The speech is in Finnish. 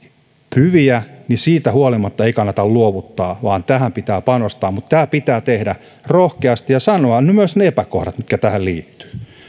hyviä niin siitä huolimatta ei kannata luovuttaa vaan tähän pitää panostaa mutta tämä pitää tehdä rohkeasti ja sanoa myös ne epäkohdat mitkä tähän liittyvät